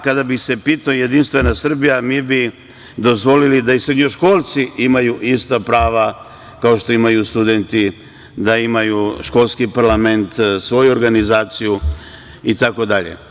Kada bih se pitao, JS, mi bi dozvolili da i srednjoškolci imaju ista prava, kao što imaju studenti, da imaju školski parlament, svoju organizaciju itd.